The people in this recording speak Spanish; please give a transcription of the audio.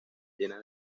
llena